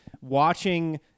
Watching